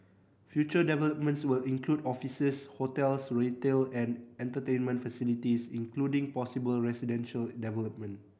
future developments will include offices hotels retail and entertainment facilities including possible residential development